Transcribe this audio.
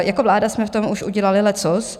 Jako vláda jsme v tom už udělali leccos.